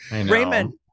raymond